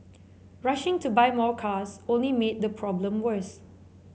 rushing to buy more cars only made the problem worse